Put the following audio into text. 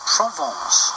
Provence